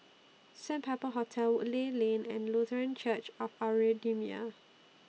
Sandpiper Hotel Woodleigh Lane and Lutheran Church of Our Redeemer